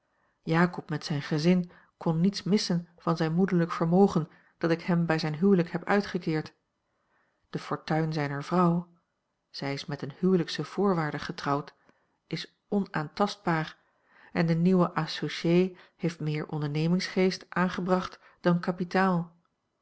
jakob met zijn gezin kon niets missen van zijn moederlijk vermogen dat ik hem bij zijn huwelijk heb uitgekeerd de fortuin zijner vrouw zij is met eene huwelijksvoorwaarde getrouwd is onaantastbaar en de nieuwe associé heeft meer ondernemingsgeest aangebracht dan kapitaal